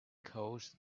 cause